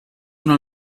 una